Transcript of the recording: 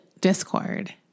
Discord